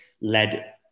led